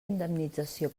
indemnització